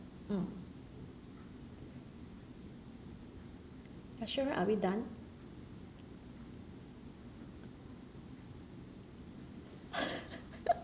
mm actually are we done